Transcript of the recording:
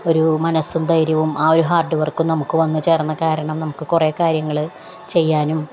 ഒരു മനസ്സും ധൈര്യവും ആ ഒരു ഹാർഡ് വർക്കും നമുക്കു വന്നുചേർന്നതു കാരണം നമുക്കു കുറേ കാര്യങ്ങള് ചെയ്യാനും